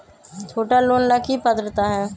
छोटा लोन ला की पात्रता है?